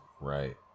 Right